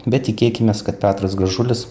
bet tikėkimės kad petras gražulis